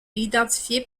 identifié